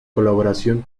colaboración